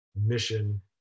mission